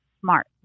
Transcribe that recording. smart